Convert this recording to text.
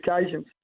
occasions